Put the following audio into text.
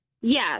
Yes